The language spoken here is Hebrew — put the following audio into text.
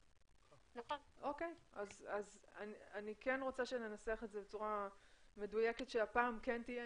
אני כן רוצה שננסח את זה בצורה מדויקת שהפעם כן תהיה